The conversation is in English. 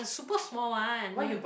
a super small one you know